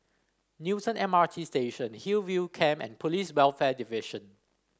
Newton M R T Station Hillview Camp and Police Welfare Division